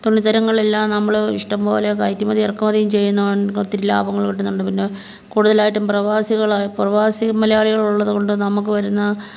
തുണിത്തരങ്ങൾ എല്ലാം നമ്മൾ ഇഷ്ടംപോലെ കയറ്റുമതി ഇറക്കുമതി ചെയ്യുന്നത് കൊണ്ട് ഒത്തിരി ലാഭങ്ങൾ കിട്ടുന്നുണ്ട് പിന്നെ കൂടുതലായിട്ടും പ്രവാസികൾ പ്രവാസി മലയാളികൾ ഉള്ളത് കൊണ്ട് നമുക്ക് വരുന്ന